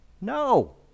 No